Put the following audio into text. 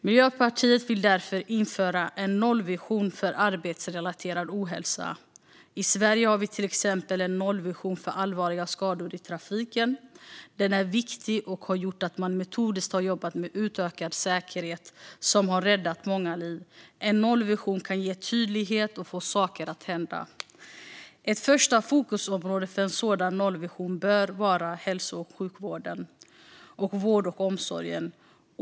Miljöpartiet vill därför införa en nollvision för arbetsrelaterad ohälsa. I Sverige har vi till exempel en nollvision för allvarliga skador i trafiken. Den är viktig och har gjort att man metodiskt har jobbat med utökad säkerhet, vilket har räddat många liv. En nollvision kan ge tydlighet och få saker att hända. Ett första fokusområde för en sådan nollvision bör vara hälso och sjukvården och vården och omsorgen.